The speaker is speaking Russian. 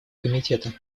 комитета